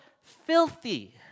filthy